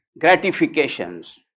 gratifications